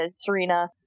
serena